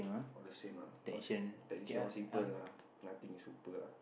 all the same lah all technician all simple lah nothing is super lah